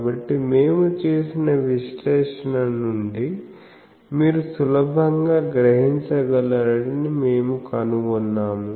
కాబట్టి మేము చేసిన విశ్లేషణ నుండి మీరు సులభంగా గ్రహించగలరని మేము కనుగొన్నాము